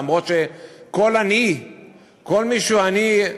למרות שכל מי שהוא עני,